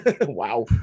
Wow